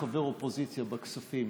כחבר אופוזיציה בוועדת כספים,